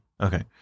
okay